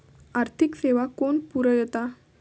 आर्थिक सेवा कोण पुरयता?